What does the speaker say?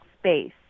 space